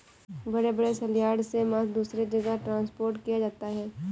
बड़े बड़े सलयार्ड से मांस दूसरे जगह ट्रांसपोर्ट किया जाता है